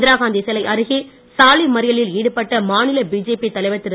இந்திரா காந்தி சிலை அருகே சாலைமறியலில் ஈடுபட்ட மாநில பிஜேபி தலைவர் திரு